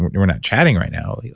we're not chatting right now.